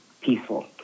peaceful